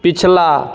पिछला